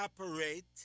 operate